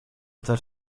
też